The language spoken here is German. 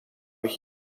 ich